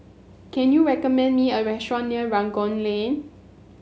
can you recommend me a restaurant near Rangoon Lane